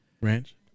ranch